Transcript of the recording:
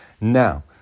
Now